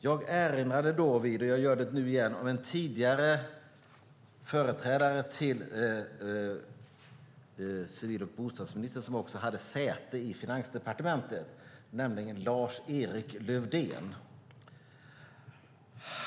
Jag erinrade då, och gör det nu igen, om en företrädare till civil och bostadsministern som också hade säte i Finansdepartementet, nämligen Lars-Erik Lövdén.